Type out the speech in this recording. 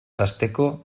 hasteko